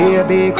Baby